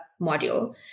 module